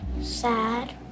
Sad